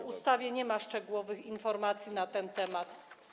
W ustawie nie ma szczegółowych informacji na ten temat.